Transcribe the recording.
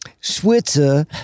Switzer